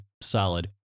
solid